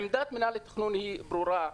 עמדת מנהל התכנון היא ברורה.